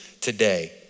today